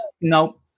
No